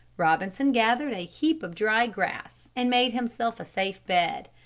robinson gathered a heap of dry grass and made himself a safe bed.